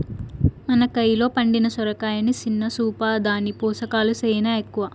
మన కయిలో పండిన సొరకాయని సిన్న సూపా, దాని పోసకాలు సేనా ఎక్కవ